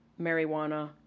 marijuana